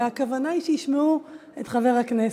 והכוונה היא שישמעו את חבר הכנסת.